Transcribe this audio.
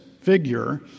figure